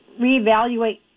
reevaluate